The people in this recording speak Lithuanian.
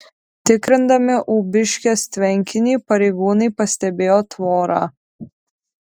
tikrindami ūbiškės tvenkinį pareigūnai pastebėjo tvorą